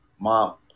Mom